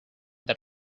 that